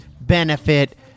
benefit